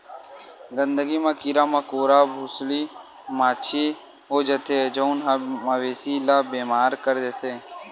गंदगी म कीरा मकोरा, भूसड़ी, माछी हो जाथे जउन ह मवेशी ल बेमार कर देथे